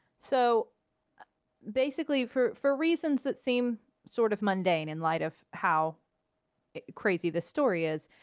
so basically for for reasons that seem sort of mundane, in light of how crazy the story is,